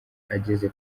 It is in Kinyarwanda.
ageze